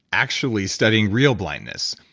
actually studying real blindness.